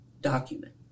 document